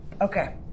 Okay